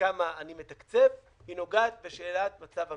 בכמה אני מתקצב, היא נוגעת בשאלת מצב המשק.